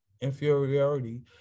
inferiority